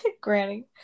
Granny